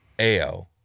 AO